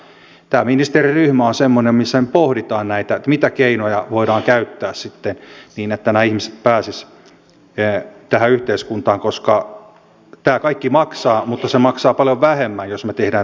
tämä ministeriryhmä on semmoinen missä pohditaan näitä että mitä keinoja voidaan käyttää sitten niin että nämä ihmiset pääsisivät tähän yhteiskuntaan koska tämä kaikki maksaa mutta se maksaa paljon vähemmän jos me teemme tämän fiksulla tavalla